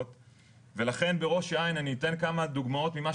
ולפגוע במישהו